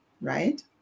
right